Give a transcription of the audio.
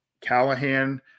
Callahan